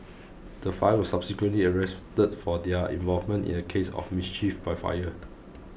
the five were subsequently arrested for their involvement in a case of mischief by fire